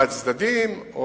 מהצדדים,